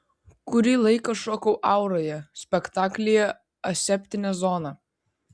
kurį laiką šokau auroje spektaklyje aseptinė zona